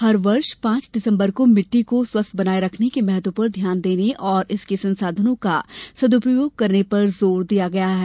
हर वर्ष पांच दिसम्बर को मिट्टी को स्वस्थ बनाये रखने के महत्व पर ध्यान देने और इसके संसाधनों का सदुपयोग करने पर जोर दिया जाता है